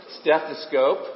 Stethoscope